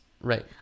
Right